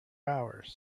hours